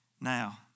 now